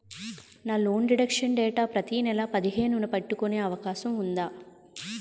నా loan deduction date ప్రతి నెల పదిహేను న పెట్టుకునే అవకాశం ఉందా?